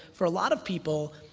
for a lot of people,